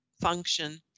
function